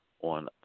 on